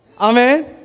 Amen